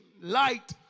Light